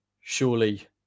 Surely